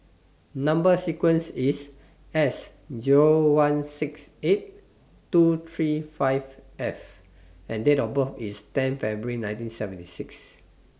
Number sequence IS S Zero one six eight two three five S and Date of birth IS ten February nineteen seventy six